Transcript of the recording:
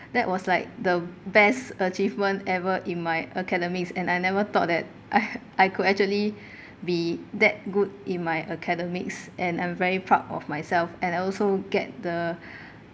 that was like the best achievement ever in my academics and I never thought that I I could actually be that good in my academics and I'm very proud of myself and I also get the